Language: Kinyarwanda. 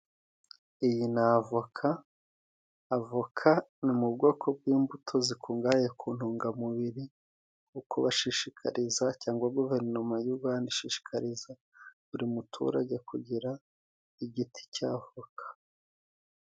Iyi ni avoka, avoka ni mu bwoko bw'imbuto zikungahaye ku ntungamubiri wo kubashishikariza cyangwa guverinoma y'u Rwanda ishishikariza buri muturage kugira igiti cy'avoka.